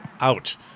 out